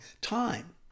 time